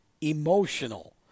emotional